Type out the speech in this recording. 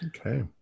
okay